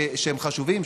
שהם חשובים,